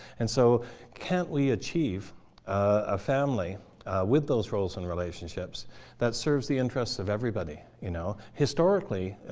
and so can't we achieve a family with those roles and relationships that serves the interests of everybody? you know historically,